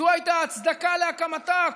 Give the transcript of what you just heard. זו הייתה ההצדקה להקמתה.